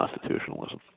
constitutionalism